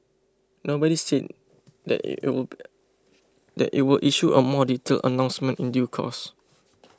nobody said that it will that it will issue a more detailed announcement in due course